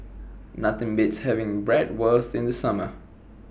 Nothing Beats having Bratwurst in The Summer